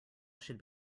should